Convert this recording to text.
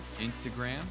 Instagram